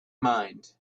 mind